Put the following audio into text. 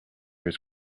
his